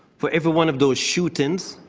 for every one of those shootings,